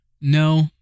No